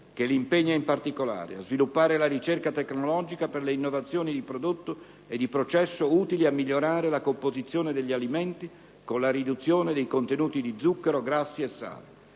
che le impegna, in particolare a sviluppare la ricerca tecnologica per le innovazioni di prodotto e di processo utili a migliorare la composizione degli alimenti, con la riduzione dei contenuti di zucchero, grassi e sale;